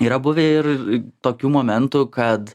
yra buvę ir tokių momentų kad